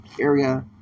area